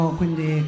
quindi